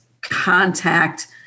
contact